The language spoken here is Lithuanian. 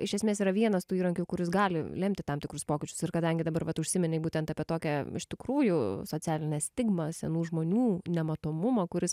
iš esmės yra vienas tų įrankių kuris gali lemti tam tikrus pokyčius ir kadangi dabar vat užsiminei būtent apie tokią iš tikrųjų socialinę stigmą senų žmonių nematomumo kuris